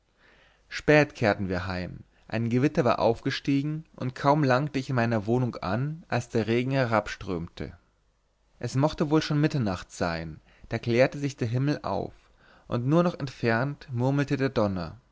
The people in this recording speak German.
spät kehrten wir heim ein gewitter war aufgestiegen und kaum langte ich in meiner wohnung an als der regen herabströmte es mochte wohl schon mitternacht sein da klärte sich der himmel auf und nur noch entfernt murmelte der donner